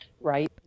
Right